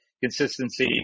consistency